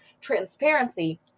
transparency